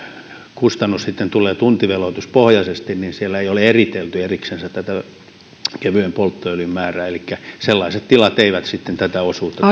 kustannus sitten tulee tuntiveloituspohjaisesti niin siellä ei ole eritelty erikseen tätä kevyen polttoöljyn määrää jolloin sellaiset tilat eivät sitten tätä osuutta